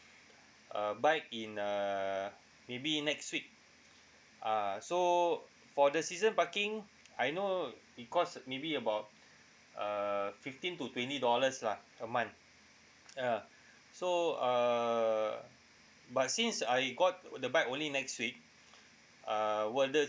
uh bike in uh maybe next week uh so for the season parking I know it cost maybe about uh fifteen to twenty dollars lah a month uh so uh but since I got the bike only next week uh will the